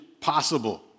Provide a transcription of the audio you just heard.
Possible